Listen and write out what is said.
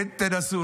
כן תנסו,